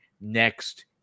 next